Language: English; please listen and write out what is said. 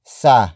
sa